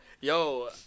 Yo